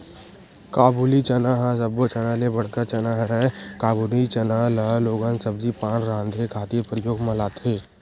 काबुली चना ह सब्बो चना ले बड़का चना हरय, काबुली चना ल लोगन सब्जी पान राँधे खातिर परियोग म लाथे